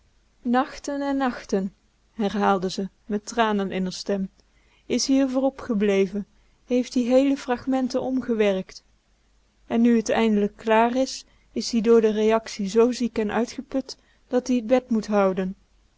nachten en nachten herhaalde ze met tranen in r stem is-ie r voor opgebleven heeft-ie heele fragmenten omgewerkt en nu t eindelijk klaar is is-ie door de reactie zoo ziek en uitgeput dat-ie t bed moet houden